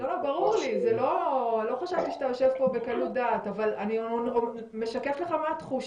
הוא לא שיקר ויש תמונות במאגר -- או שהוא לא הגיש בקשה.